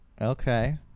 Okay